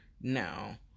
Now